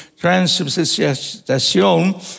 transubstantiation